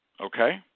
okay